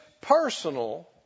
personal